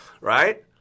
right